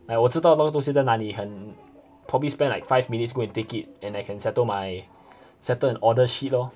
like 我知道那个东西在哪里很 probably spend like five minutes go and take it and I can settle my settle an order sheet lor